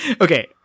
Okay